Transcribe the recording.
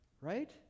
right